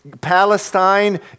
palestine